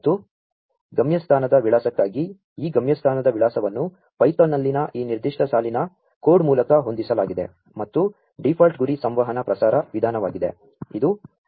ಮತ್ತು ಗಮ್ಯ ಸ್ಥಾ ನದ ವಿಳಾ ಸಕ್ಕಾ ಗಿ ಈ ಗಮ್ಯ ಸ್ಥಾ ನದ ವಿಳಾ ಸವನ್ನು ಪೈ ಥಾ ನ್ನಲ್ಲಿನ ಈ ನಿರ್ದಿ ಷ್ಟ ಸಾ ಲಿನ ಕೋ ಡ್ ಮೂ ಲಕ ಹೊಂ ದಿಸಲಾ ಗಿದೆ ಮತ್ತು ಡೀ ಫಾ ಲ್ಟ್ ಗು ರಿ ಸಂ ವಹನದ ಪ್ರಸಾ ರ ವಿಧಾ ನವಾ ಗಿದೆ